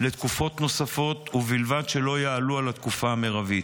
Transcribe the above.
לתקופות נוספות, ובלבד שלא יעלו על התקופה המרבית.